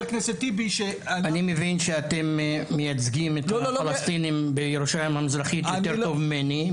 אני מבין שאתם מייצגים את הפלסטינים בירושלים המזרחית יותר טוב ממני,